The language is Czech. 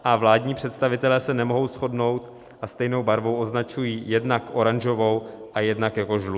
A vládní představitelé se nemohou shodnout a stejnou barvu označují jednak oranžovou a jednak jako žlutou.